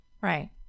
Right